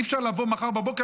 אי-אפשר לבוא מחר בבוקר,